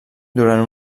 durant